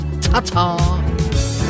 Ta-ta